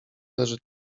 leży